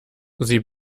sie